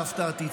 להפתעתי,